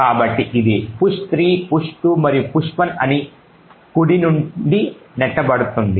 కాబట్టి ఇది push3 push2 మరియు push1 అని కుడి నుండి నెట్టివేయబడుతుంది